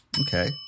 Okay